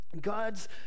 God's